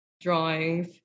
drawings